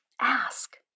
ask